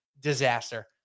disaster